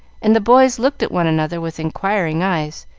and the boys looked at one another with inquiring eyes,